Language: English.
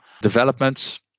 developments